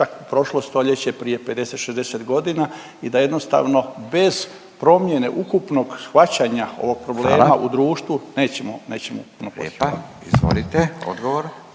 prošlo stoljeće prije 50, 60 godina i da jednostavno bez promjene ukupnog shvaćanja ovog problema u društvu nećemo, nećemo .../Govornik